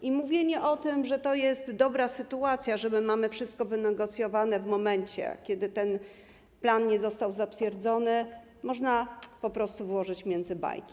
I mówienie o tym, że to jest dobra sytuacja, że my mamy wszystko wynegocjowane, w momencie kiedy ten plan nie został zatwierdzony, można po prostu włożyć między bajki.